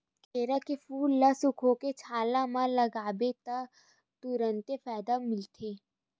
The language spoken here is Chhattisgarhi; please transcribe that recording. केरा के फूल ल सुखोके छाला म लगाबे त तुरते फायदा मिलथे